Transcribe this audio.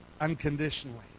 unconditionally